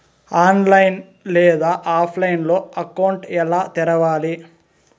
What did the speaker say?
online లేదా ఆఫ్లైన్లో account ఎలా తెరవాలి